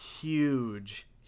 huge